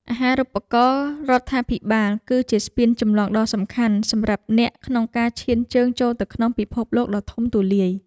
អាហារូបករណ៍រដ្ឋាភិបាលគឺជាស្ពានចម្លងដ៏សំខាន់សម្រាប់អ្នកក្នុងការឈានជើងចូលទៅក្នុងពិភពលោកដ៏ធំទូលាយ។